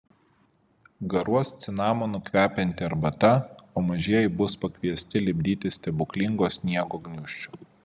garuos cinamonu kvepianti arbata o mažieji bus pakviesti lipdyti stebuklingo sniego gniūžčių